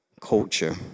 Culture